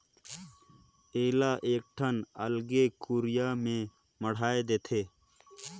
एला एकठन अलगे कुरिया में मढ़ाए देथे